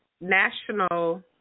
national